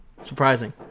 surprising